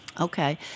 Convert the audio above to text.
Okay